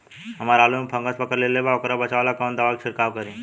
हमरा आलू में फंगस पकड़ लेले बा वोकरा बचाव ला कवन दावा के छिरकाव करी?